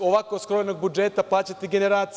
ovako skrojenog budžeta plaćati generacije.